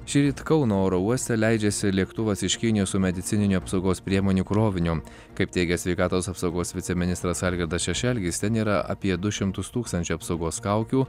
šįryt kauno oro uoste leidžiasi lėktuvas iš kinijos su medicininių apsaugos priemonių kroviniu kaip teigia sveikatos apsaugos viceministras algirdas šešelgis ten yra apie du šimtus tūkstančių apsaugos kaukių